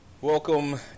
Welcome